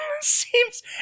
seems